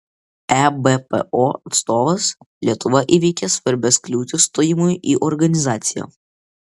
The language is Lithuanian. ebpo atstovas lietuva įveikė svarbias kliūtis stojimui į organizaciją